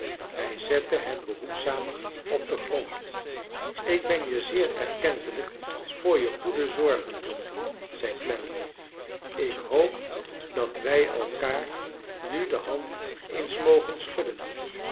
hrj zette het behoedzaam op den grond ik ben je zeer erkentelijk voor je goede zorgen john zei clennam ik hoop dat wij elkaar nu de hand eens mogen schudden